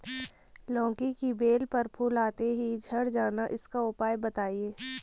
लौकी की बेल पर फूल आते ही झड़ जाना इसका उपाय बताएं?